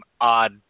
odd